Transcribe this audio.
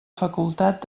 facultat